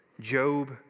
Job